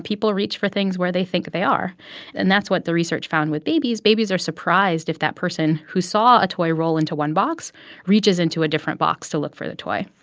people reach for things where they think they are and that's what the research found with babies. babies are surprised if that person who saw a toy roll into one box reaches into a different box to look for the toy.